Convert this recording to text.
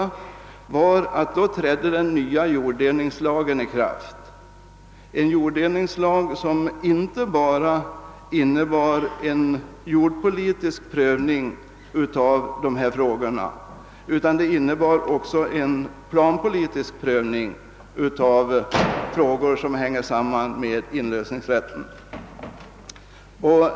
Det bärande skälet härför var att den nya jorddelningslagen då trädde i kraft, en lag som inte bara innebar en jordpolitisk utan också en planpolitisk prövning av frågor som sammanhänger med inlösningsrätten.